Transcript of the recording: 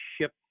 ship